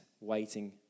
waiting